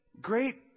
great